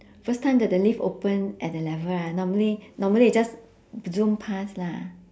first time that the lift open at that level ah normally normally just zoom pass lah